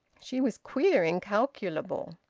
she was queer, incalculable.